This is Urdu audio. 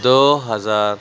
دو ہزار